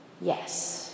Yes